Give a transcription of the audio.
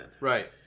Right